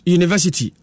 University